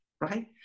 right